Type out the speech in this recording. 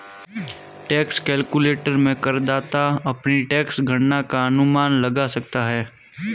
tax calculator में करदाता अपनी टैक्स गणना का अनुमान लगा सकता है